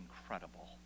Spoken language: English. incredible